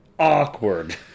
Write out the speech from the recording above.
Awkward